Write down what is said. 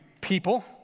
people